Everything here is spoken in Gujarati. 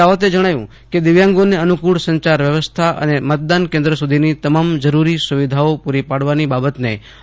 રાવતે જણાવ્યું કે દિવ્યાંગોને અનુકુળ સંચાર વ્યવસ્થા અને મતદાન કેન્દ્ર સુધીની તમામ જરૂરી સુવિધાઓ પૂરી પાડવાની બાબતને અગ્રતા આપાવામાં આવી છે